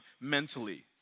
mentally